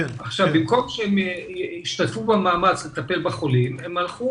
במקום שהם ישתתפו במאמץ לטפל בחולים הם הלכו